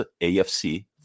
afc